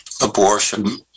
Abortion